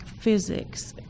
physics